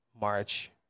March